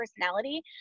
personality